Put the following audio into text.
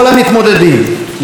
לכל המעורבים,